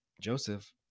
Joseph